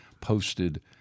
posted